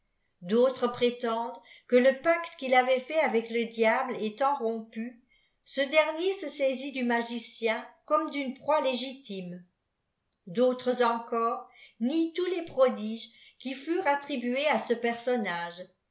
d'autres prétendent qiie le pacte qtill avait fait avec le diable étant rompu ce dernfer se èaiit dû magicien comme d'une proie légitime d'autres encore nient tous les prodiges qui furent attribués à ce personnage